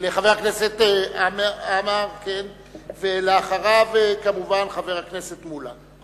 לחבר הכנסת עמאר, ואחריו, חבר הכנסת מולה.